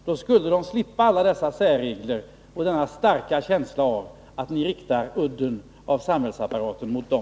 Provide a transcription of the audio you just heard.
Då skulle de slippa alla dessa särregler och denna starka känsla av att ni riktar udden av samhällsapparaten mot dem.